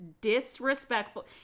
disrespectful